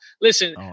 Listen